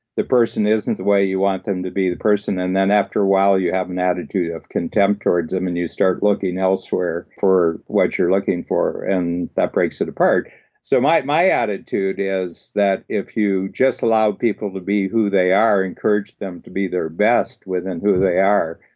the person isn't the way you want them to be, the person. and then after a while, you have an attitude of contempt towards them and you start looking elsewhere for what you're looking for and that breaks it apart so my my attitude that if you just allow people to be who they are, encourage them to be their best within who they are,